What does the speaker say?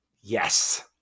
yes